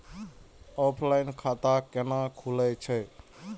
Offline खाता कैना खुलै छै?